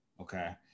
Okay